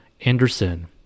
Anderson